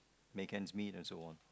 make ends meet and so on